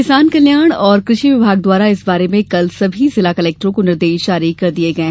किसान कल्याण और कृषि विभाग द्वारा इस बारे में कल सभी जिला कलेक्टरों को निर्देश जारी कर दिये गये